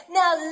now